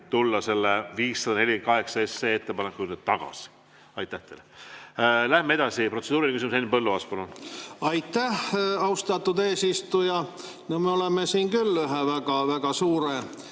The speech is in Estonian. tulla seda 548‑d puudutava ettepaneku juurde tagasi. Aitäh teile! Läheme edasi. Protseduuriline küsimus, Henn Põlluaas, palun! Aitäh, austatud eesistuja! No me oleme siin küll ühe väga suure